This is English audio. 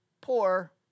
poor